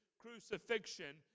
crucifixion